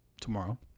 tomorrow